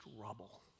rubble